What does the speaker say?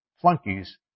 flunkies